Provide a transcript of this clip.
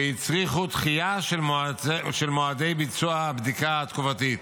שהצריכו דחייה של מועדי ביצוע הבדיקה התקופתית.